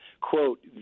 quote